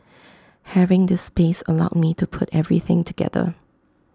having this space allowed me to put everything together